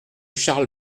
charles